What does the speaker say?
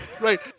Right